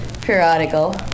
periodical